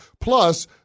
Plus